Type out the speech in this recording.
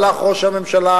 הלך ראש הממשלה,